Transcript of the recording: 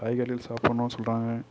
காய்கறிகள் சாப்பிடணும்னு சொல்றாங்க